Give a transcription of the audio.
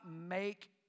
make